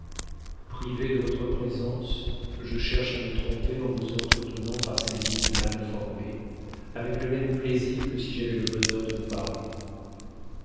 privée de votre présence je cherche à me tromper en vous n entretenant par ces lignes mal formées avec le même plaisir que si j'avais le bonheur de vous parier